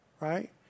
right